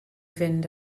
fynd